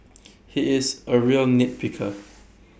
he is A real nitpicker